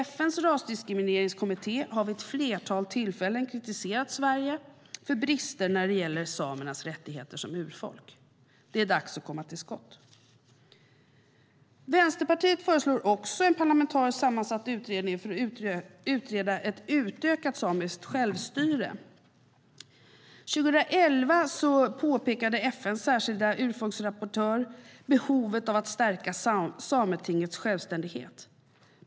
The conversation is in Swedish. FN:s rasdiskrimineringskommitté har vid ett flertal tillfällen kritiserat Sverige för brister när det gäller samernas rättigheter som urfolk. Det är dags att komma till skott. Vänsterpartiet föreslår också en parlamentariskt sammansatt utredning för att utreda ett utökat samiskt självstyre. År 2011 påpekade FN:s särskilda urfolksrapportör behovet av att stärka Sametingets självständighet.